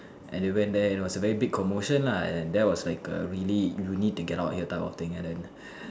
and they went there you know is a very big commotion lah and there was like a really you need to get out of here that kind of thing and then